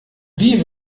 wie